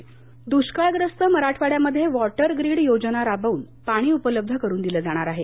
म्ख्यमंत्री दुष्काळग्रस्त मराठवाड्यामध्ये वॉटर ग्रीड योजना राबवून पाणी उपलब्ध करून दिलं जाणार आहे